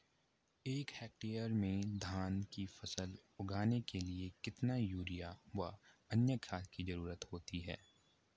एक हेक्टेयर में धान की फसल उगाने के लिए कितना यूरिया व अन्य खाद की जरूरत होती है?